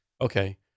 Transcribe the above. Okay